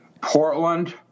Portland